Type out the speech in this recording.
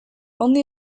only